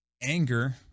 anger